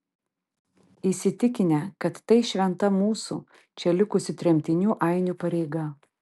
įsitikinę kad tai šventa mūsų čia likusių tremtinių ainių pareiga